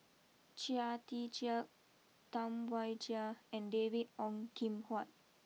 Chia Tee Chiak Tam Wai Jia and David Ong Kim Huat